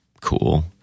cool